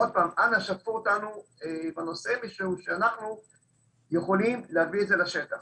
אנא שתפו אותנו בנושא משום שאנחנו יכולים להביא את זה לשטח.